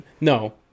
No